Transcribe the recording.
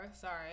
sorry